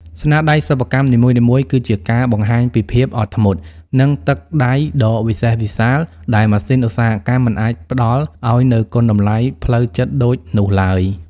ស្នាដៃសិប្បកម្មនីមួយៗគឺជាការបង្ហាញពីភាពអត់ធ្មត់ និងទឹកដៃដ៏វិសេសវិសាល ដែលម៉ាស៊ីនឧស្សាហកម្មមិនអាចផ្ដល់ឱ្យនូវគុណតម្លៃផ្លូវចិត្តដូចនោះឡើយ។